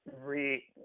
re